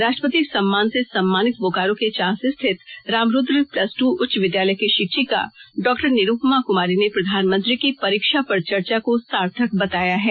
राष्ट्रपति सम्मान से सम्मानित बोकारो के चास स्थित रामरूद्र प्लस ट् उच्च विद्यालय की शिक्षिका डॉक्टर निरुपमा कुमारी ने प्रधानमंत्री की परीक्षा पर चर्चा को सार्थक बताया है